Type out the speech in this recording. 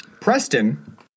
Preston